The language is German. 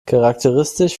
charakteristisch